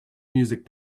music